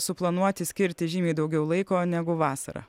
suplanuoti skirti žymiai daugiau laiko negu vasarą